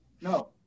No